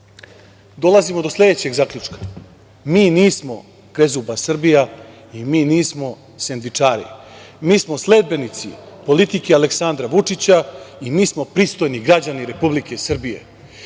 građana. Dolazimo do sledećeg zaključka – mi nismo krezuba Srbija i mi nismo sendvičari, mi smo sledbenici politike Aleksandra Vučića i mi smo pristojni građani Republike Srbije.